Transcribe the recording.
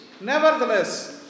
Nevertheless